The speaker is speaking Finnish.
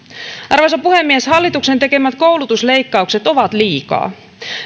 arvoisa puhemies hallituksen tekemät koulutusleikkaukset ovat liikaa